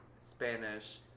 Spanish